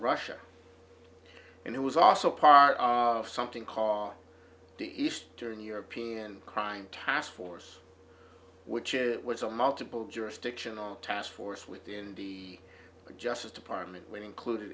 russia and it was also part of something called the eastern european crime task force which it was a multiple jurisdictional task force within the justice department would include